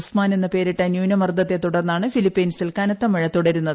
ഉസ്മാൻ എന്ന പേരിട്ട ന്യൂനമർദ്ദത്തെ തുടർന്നാണ് ഫിലിപ്പൈൻസിൽ കനത്ത മഴ തുടരുന്നത്